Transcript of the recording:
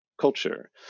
culture